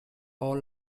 all